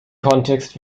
kontext